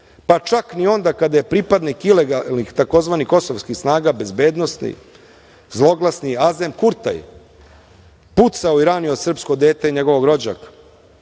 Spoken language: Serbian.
pa čak i onda kada je pripadnik ilegalnih tzv. kosovskih snaga bezbednosti, zloglasni Azem Kurtaj pucao i ranio srpsko dete i njegovog rođaka. Ove